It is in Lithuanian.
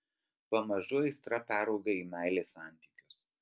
pamažu aistra perauga į meilės santykius